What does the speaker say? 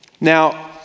Now